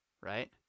right